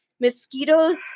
Mosquitoes